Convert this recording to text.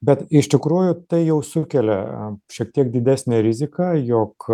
bet iš tikrųjų tai jau sukelia šiek tiek didesnę riziką jog